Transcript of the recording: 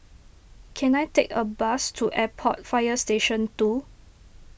can I take a bus to Airport Fire Station two